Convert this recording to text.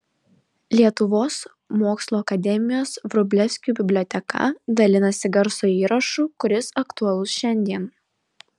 lietuvos mokslų akademijos vrublevskių biblioteka dalinasi garso įrašu kuris aktualus šiandien